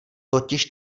totiž